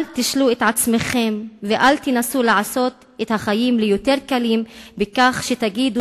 אל תשלו את עצמכם ואל תנסו לעשות את החיים יותר קלים בכך שתגידו